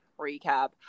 recap